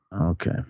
Okay